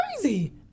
crazy